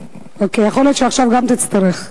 יכול להיות שעכשיו גם תצטרך,